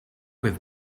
with